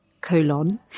Colon